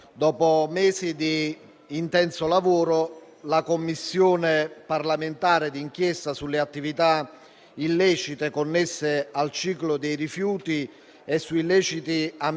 gli Uffici e i consulenti della Commissione bicamerale, che hanno coadiuvato l'attività. Naturalmente l'auspicio per il Governo